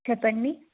చెప్పండి